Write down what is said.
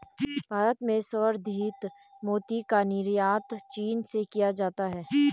भारत में संवर्धित मोती का निर्यात चीन से किया जाता है